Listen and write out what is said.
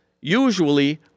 usually